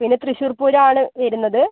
പിന്നെ തൃശൂർ പൂരാണ് വരുന്നത്